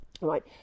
right